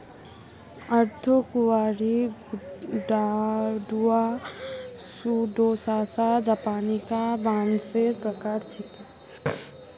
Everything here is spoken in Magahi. अर्धकुंवारी ग्वाडुआ स्यूडोसासा जापानिका बांसेर प्रकार छिके